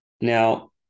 Now